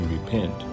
repent